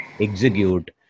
execute